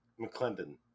McClendon